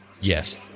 yes